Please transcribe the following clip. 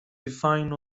defined